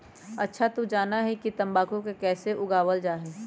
अच्छा तू जाना हीं कि तंबाकू के कैसे उगावल जा हई?